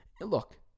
Look